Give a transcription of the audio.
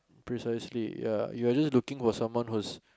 precisely ya you are just looking for someone who's